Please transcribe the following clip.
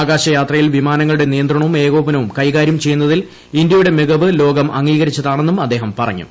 ആകാശ യാത്രയിൽ വിമാനങ്ങളുടെ നിയന്ത്രണവും ഏകോപനവും കൈകാര്യം ചെയ്യുന്നതിൽ ഇന്ത്യയുടെ മികവ് ലോകം അംഗീകരിച്ചതാണെന്നും അദ്ദേഹം പറഞ്ഞു